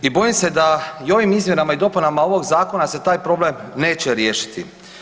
I bojim se da i ovim izmjenama i dopunama ovog Zakona se taj problem neće riješiti.